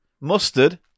Mustard